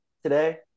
today